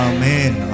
Amen